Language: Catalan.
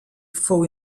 fou